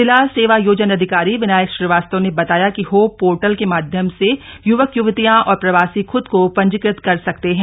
जिला सेवायोजन अधिकारी विनायक श्रीवास्तव ने बताया कि होप पोर्टल के माध्यम ने य्वक य्वतियां और प्रवासी खुद को पंजीकृत कर सकते हैं